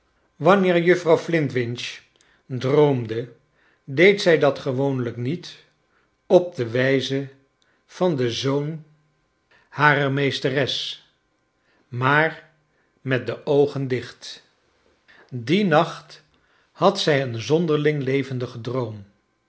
wanneer juffrouw flintwinch droonide deed zij dat gewoonlijk niet op de wijze van den zoon harer charles dickens meesteres maar met de oogen dicht dien naclit had zij een zonderling levendigen droom